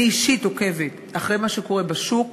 אני אישית עוקבת אחרי מה שקורה בשוק.